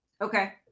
Okay